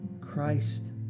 Christ